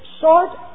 short